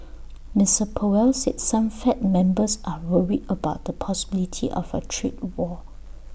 Mister powell said some fed members are worried about the possibility of A trade war